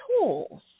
tools